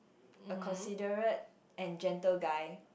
a considerate and gentle guy